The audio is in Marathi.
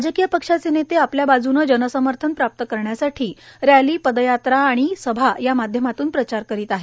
राजकीय पक्षाचे नेते आपल्या बाजूनं जनसमर्थन प्राप्त करण्यासाठी रॅली पदयात्रा आणि सभा या माध्यमातून प्रचार करीत आहे